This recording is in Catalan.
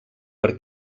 per